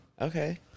okay